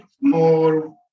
more